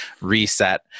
reset